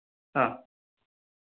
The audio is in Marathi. हां